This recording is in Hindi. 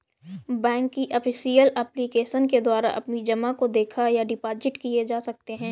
बैंक की ऑफिशियल एप्लीकेशन के द्वारा अपनी जमा को देखा व डिपॉजिट किए जा सकते हैं